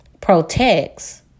protects